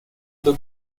the